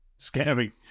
Scary